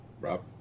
Rob